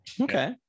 Okay